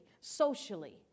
socially